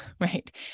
right